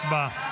הצבעה.